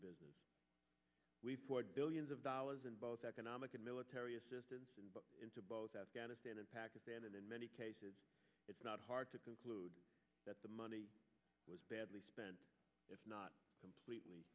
business we poured billions of dollars in both economic and military assistance and into both afghanistan and pakistan and in many cases it's not hard to conclude that the money was badly spent if not completely